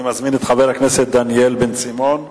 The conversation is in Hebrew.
אני מזמין את חבר הכנסת דניאל בן-סימון.